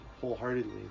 wholeheartedly